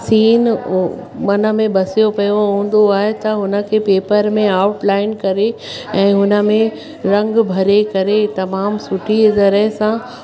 scene मन में बसियो पियो हूंदो आहे त हुनखे पेपर में आउटलाइन ऐं हुन में रंग भरे करे तमामु सुठी तरह सां